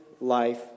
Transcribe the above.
life